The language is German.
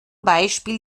beispiel